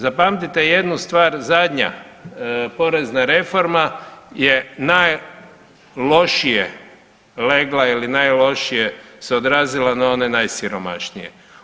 Zapamtite jednu stvar zadnja porezna reforma je najlošije legla ili najlošije se odrazila na one najsiromašnije.